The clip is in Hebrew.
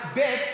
ב.